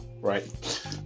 right